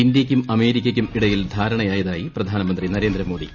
അമേരിക്കയ്ക്കും ഇന്ത്യയ്ക്കും ഇടയിൽ ധാരണയായതായി പ്രധാനമന്ത്രി നരേന്ദ്രമോദി